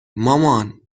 مامان